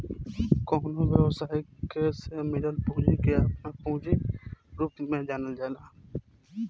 कवनो व्यवसायी के से मिलल पूंजी के आपन पूंजी के रूप में जानल जाला